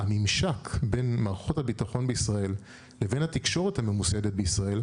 הממשק בין מערכות הביטחון בישראל לבין התקשורת הממוסדת בישראל,